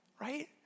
right